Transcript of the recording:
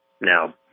now